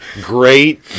great